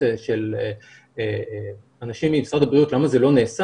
של אנשים ממשרד הבריאות למה זה לא נעשה